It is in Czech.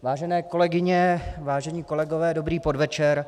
Vážené kolegyně, vážení kolegové, dobrý podvečer.